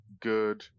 good